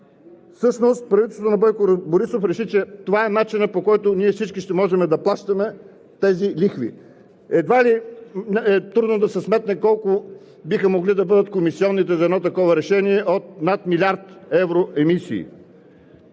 Всъщност правителството на Бойко Борисов реши, че това е начинът, по който ние всички ще можем да плащаме тези лихви. Едва ли е трудно да се сметне, колко биха могли да бъдат комисионите за едно такова решение от над милиард евро емисии.